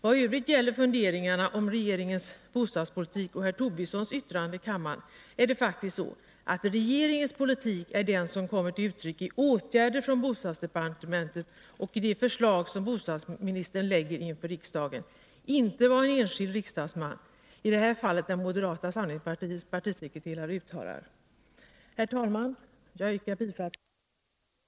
Vad i övrigt gäller funderingarna om regeringens bostadspolitik och herr Tobissons yttrande i kammaren är det faktiskt så, att regeringens politik är det som kommer till uttryck i åtgärder från bostadsdepartementet och i de förslag som bostadsministern lägger fram inför riksdagen, inte vad en enskild riksdagsman, i det här fallet moderata samlingspartiets partisekreterare, uttalar i kammaren. Herr talman! Jag yrkar bifall till vad civilutskottet hemställt i betänkandena 5 och 6